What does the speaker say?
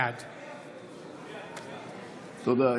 בעד תודה.